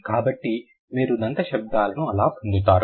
కాబట్టి మీరు దంత శబ్దాలను అలా పొందుతారు